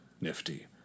nifty